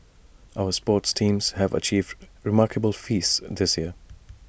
our sports teams have achieved remarkable feats this year